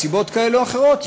מסיבות כאלה או אחרות,